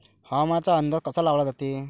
हवामानाचा अंदाज कसा लावला जाते?